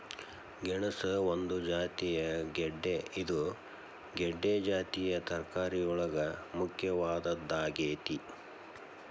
ಗೆಣಸ ಒಂದು ಜಾತಿಯ ಗೆಡ್ದೆ ಇದು ಗೆಡ್ದೆ ಜಾತಿಯ ತರಕಾರಿಯೊಳಗ ಮುಖ್ಯವಾದದ್ದಾಗೇತಿ